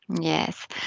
Yes